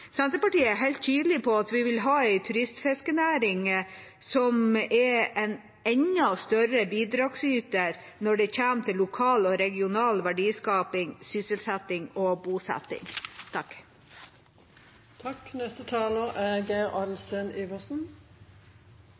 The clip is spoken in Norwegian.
Senterpartiet er helt tydelig på at vi vil ha en turistfiskenæring som er en enda større bidragsyter når det kommer til lokal og regional verdiskaping, sysselsetting og bosetting. Jeg bruker den tiden jeg har mulighet til for å snakke om dette. Jeg er